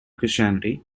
christianity